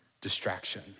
distraction